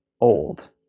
old